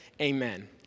Amen